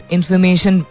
Information